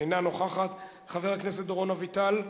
אינה נוכחת, חבר הכנסת דורון אביטל,